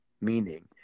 meaning